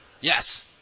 Yes